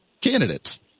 candidates